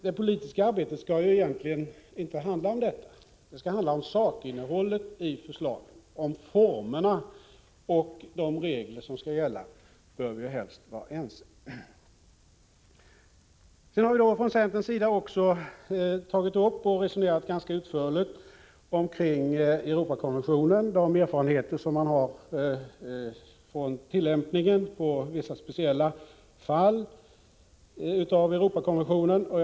Det politiska arbetet skall ju egentligen inte handla om sådant — det skall handla om sakinnehållet i förslagen. Om formerna och de regler som skall gälla bör vi helst vara ense. Från centerns sida har vi också resonerat ganska utförligt om de erfarenheter som finns när det gäller tillämpningen av Europakonventionen i vissa speciella fall.